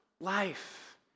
life